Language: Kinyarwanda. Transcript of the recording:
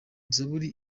zaburi